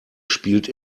spielt